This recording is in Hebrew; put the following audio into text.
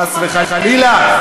חס וחלילה.